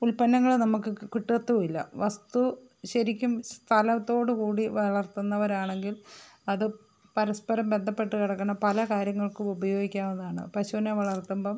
ഉല്പന്നങ്ങള് നമുക്ക് കിട്ടത്തൂമില്ലാ വസ്തു ശരിക്കും സ്ഥലത്തോടുകൂടി വളർത്തുന്നവരാണെങ്കിൽ അത് പരസ്പരം ബന്ധപ്പെട്ട് കിടക്കുന്ന പല കാര്യങ്ങൾക്കും ഉപയോഗിക്കാവുന്നതാണ് പശുവിനെ വളർത്തുമ്പോള്